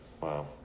Wow